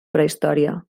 prehistòria